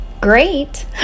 great